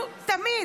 אנחנו תמיד,